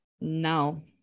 no